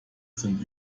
sind